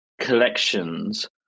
collections